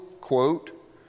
quote